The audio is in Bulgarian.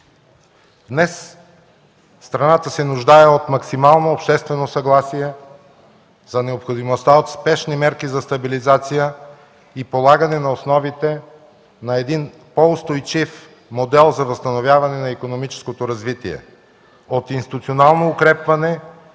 Днес страната се нуждае от максимално обществено съгласие за необходимостта от спешни мерки за стабилизация и полагане на основите на един по-устойчив модел за възстановяване на икономическото развитие, от институционално укрепване и заздравяване